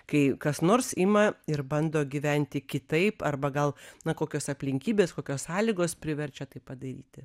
kai kas nors ima ir bando gyventi kitaip arba gal na kokios aplinkybės kokios sąlygos priverčia tai padaryti